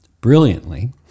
brilliantly